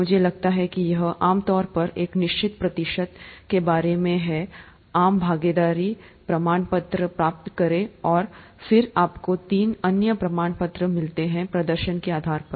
मुझे लगता है कि यह आम तौर पर एक निश्चित प्रतिशत के बारे में है आप भागीदारी प्रमाण पत्र प्राप्त करें और फिर आपको तीन अन्य प्रमाण पत्र मिलते हैं प्रदर्शन के आधार पर